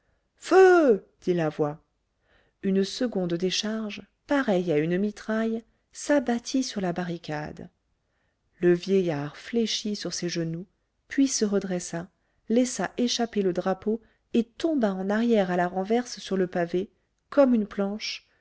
feu dit la voix une seconde décharge pareille à une mitraille s'abattit sur la barricade le vieillard fléchit sur ses genoux puis se redressa laissa échapper le drapeau et tomba en arrière à la renverse sur le pavé comme une planche